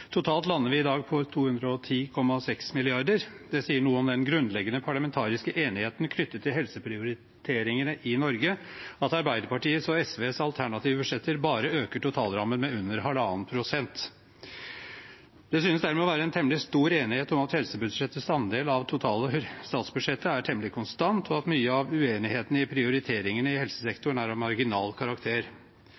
Totalt lander vi i dag på 210,6 mrd. kr. Det sier noe om den grunnleggende parlamentariske enigheten knyttet til helseprioriteringene i Norge at Arbeiderpartiets og SVs alternative budsjetter bare øker totalrammen med under halvannen prosent. Det synes dermed å være en temmelig stor enighet om at helsebudsjettets andel av det totale statsbudsjettet er temmelig konstant, og at mye av uenighetene i prioriteringene i